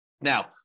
Now